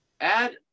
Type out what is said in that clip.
add